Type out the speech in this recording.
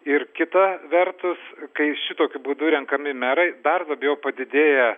ir kita vertus kai šitokiu būdu renkami merai dar labiau padidėja